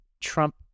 Trump